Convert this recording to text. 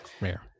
rare